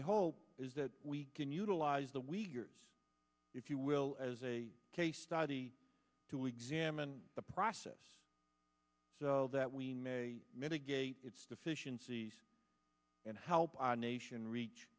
i hope is that we can utilize the we years if you will as a case study to examine the process so that we may mitigate its deficiencies and help our nation reach